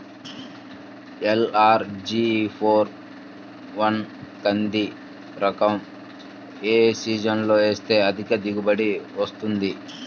LRG four one కంది రకం ఏ సీజన్లో వేస్తె అధిక దిగుబడి వస్తుంది?